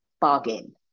bargain